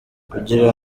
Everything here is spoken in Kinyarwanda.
kugira